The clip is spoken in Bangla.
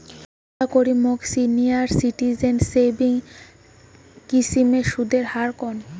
দয়া করে মোক সিনিয়র সিটিজেন সেভিংস স্কিমের সুদের হার কন